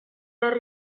herri